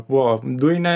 buvo dujinė